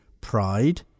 Pride